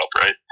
right